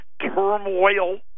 turmoil